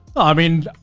i mean,